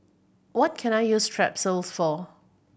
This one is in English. what can I use Strepsils for